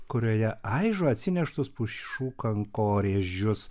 kurioje aižo atsineštus pušų kankorėžius